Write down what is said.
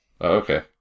Okay